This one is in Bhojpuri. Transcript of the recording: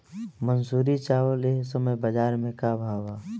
मंसूरी चावल एह समय बजार में का भाव बा?